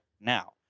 now